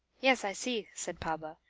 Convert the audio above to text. yes, i see, said pablo.